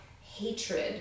hatred